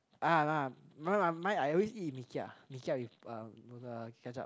my mine I always eat with Mee-Kia Mee-Kia with uh with a ketchup